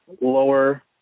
lower